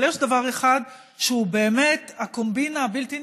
אבל יש דבר אחד שהוא באמת הקומבינה הבלתי-נתפסת.